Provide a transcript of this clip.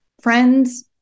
Friends